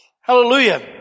Hallelujah